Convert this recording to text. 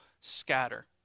scatter